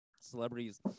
celebrities